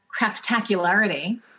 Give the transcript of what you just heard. craptacularity